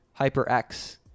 HyperX